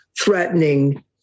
threatening